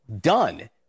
done